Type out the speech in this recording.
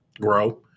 grow